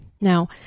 Now